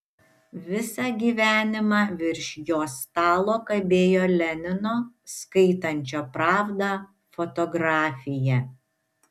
visą gyvenimą virš jo stalo kabėjo lenino skaitančio pravdą fotografija